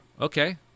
okay